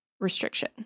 restriction